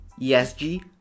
ESG